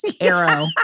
arrow